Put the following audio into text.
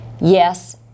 Yes